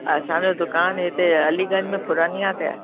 असांजो दुकान हिते अलीगंज में पुरनीया ते आहे